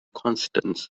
constants